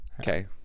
Okay